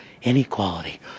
inequality